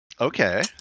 Okay